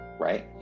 Right